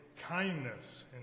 kindness